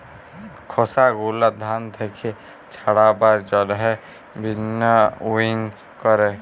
খসা গুলা ধান থেক্যে ছাড়াবার জন্হে ভিন্নউইং ক্যরে